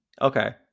Okay